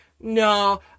no